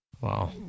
Wow